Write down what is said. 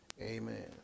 amen